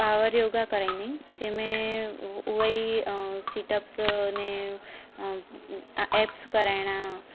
power yoga कराईंदा आहिनि जंहिंमे उहो ई सिट अप्स अने ऐप्स कराइणा